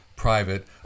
private